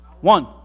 One